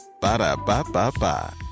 Ba-da-ba-ba-ba